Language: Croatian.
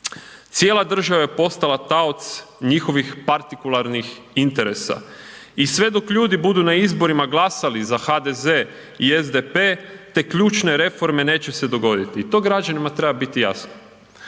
Cijela država je postala taoc njihovih partikularnih interesa i sve dok ljudi budu na izborima glasali za HDZ i SDP te ključne reforme neće se dogoditi i to građanima treba biti jasno.